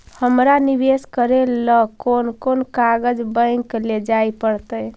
हमरा निवेश करे ल कोन कोन कागज बैक लेजाइ पड़तै?